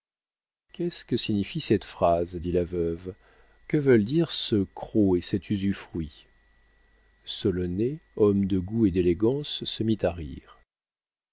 qu'est-ce que signifie cette phrase dit la veuve que veulent dire ce croc et cet usufruit solonet homme de goût et d'élégance se mit à rire